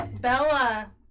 Bella